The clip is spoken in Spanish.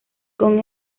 con